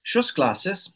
šios klasės